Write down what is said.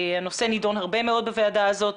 הנושא נדון הרבה מאוד בוועדה הזאת,